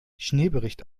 schneebericht